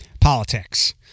politics